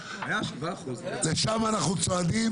לשם אנחנו צועדים,